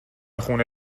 خون